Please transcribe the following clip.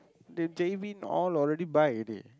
the jelly bean all already buy already